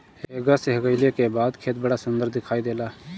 हेंगा से हेंगईले के बाद खेत बड़ा सुंदर दिखाई देला